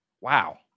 Wow